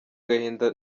agahinda